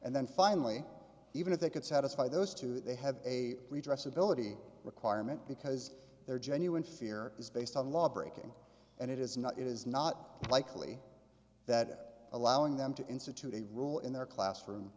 and then finally even if they could satisfy those two they have a redress ability requirement because they're genuine fear is based on law breaking and it is not it is not likely that allowing them to institute a rule in their classroom